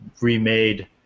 remade